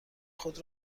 خود